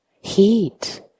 Heat